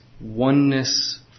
oneness